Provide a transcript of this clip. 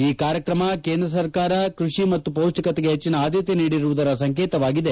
ಈ ಕಾರ್ಯಕ್ರಮ ಕೇಂದ್ರ ಸರ್ಕಾರ ಕೃಷಿ ಮತ್ತು ಪೌಷ್ಲಿಕತೆಗೆ ಹೆಚ್ಲನ ಆದ್ದತೆ ನೀಡಿರುವುದರ ಸಂಕೇತವಾಗಿದೆ